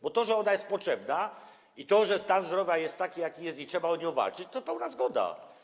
Bo to, że ona jest potrzebna, że stan zdrowia jest taki, jaki jest, że trzeba o nią walczyć, to pełna zgoda.